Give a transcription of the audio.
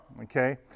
okay